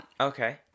Okay